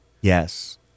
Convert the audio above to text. Yes